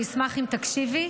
אני אשמח אם תקשיבי,